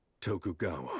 Tokugawa